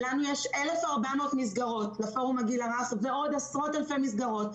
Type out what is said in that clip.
לנו יש 1,400 מסגרות לפורום הגיל הרך ועוד עשרות אלפי מסגרות,